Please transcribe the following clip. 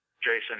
Jason